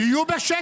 תהיו בשקט.